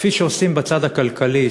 כפי שעושים בצד הכלכלי,